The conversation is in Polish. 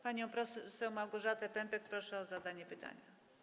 Panią poseł Małgorzatę Pępek proszę o zadanie pytania.